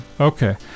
okay